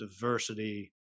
diversity